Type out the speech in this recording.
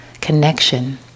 connection